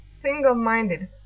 single-minded